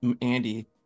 Andy